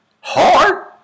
hard